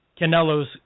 Canelo's